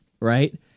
right